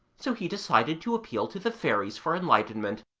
so he decided to appeal to the fairies for enlightenment.